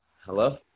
Hello